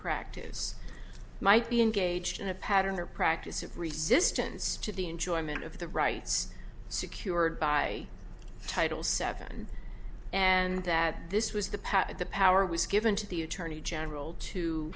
practice might be engaged in a pattern or practice of resistance to the enjoyment of the rights secured by title seven and that this was the power the power was given to the attorney general to